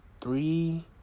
three